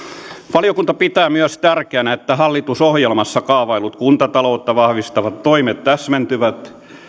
valiokunta pitää myös tärkeänä että hallitusohjelmassa kaavaillut kuntataloutta vahvistavat toimet täsmentyvät